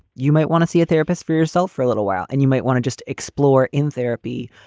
you might want to see a therapist for yourself for a little while and you might want to just explore in therapy.